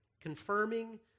confirming